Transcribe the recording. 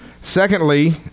Secondly